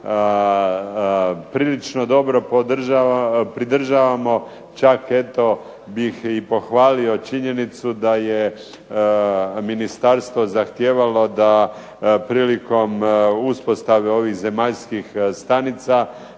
prilično dobro pridržavamo. Čak eto bih i pohvalio činjenicu da je ministarstvo zahtijevalo da prilikom uspostave ovih zemaljskih stanica